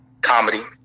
comedy